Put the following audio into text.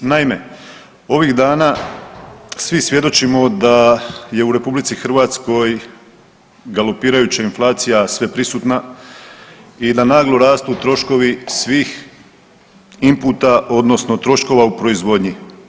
Naime, ovih dana svi svjedočimo da je u RH galopirajuća inflacija sveprisutna i da naglo rastu troškovi svih inputa, odnosno troškova u proizvodnji.